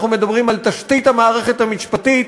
אנחנו מדברים על תשתית המערכת המשפטית,